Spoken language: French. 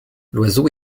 l’oiseau